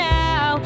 now